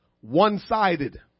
one-sided